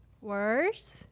words